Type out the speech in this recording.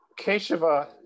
Keshava